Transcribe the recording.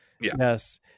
Yes